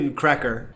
cracker